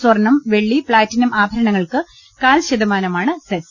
സ്വർണ്ണം വെള്ളി പ്ലാറ്റിനം ആഭരണങ്ങൾക്ക് കാൽ ശത മാനമാണ് സെസ്